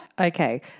Okay